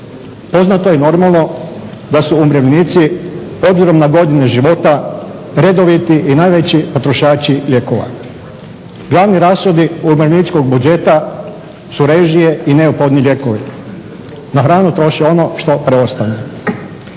Poznato je normalno da su umirovljenici obzirom na godine života redoviti i najveći potrošači lijekova. Glavni rashodi umirovljeničkog budžeta su režije i neophodni lijekovi, na hranu troše ono što preostane.